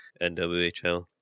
nwhl